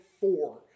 four